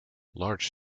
large